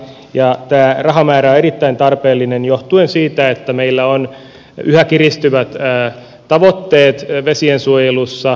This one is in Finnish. tämä rahamäärä on erittäin tarpeellinen johtuen siitä että meillä on yhä kiristyvät tavoitteet vesiensuojelussa